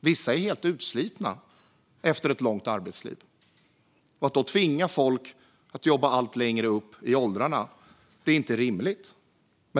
Vissa är helt utslitna efter ett långt arbetsliv. Att då tvinga folk att jobba allt längre upp i åldrarna är inte rimligt.